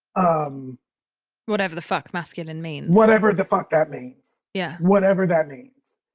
um whatever the fuck masculine means whatever the fuck that means yeah whatever that means.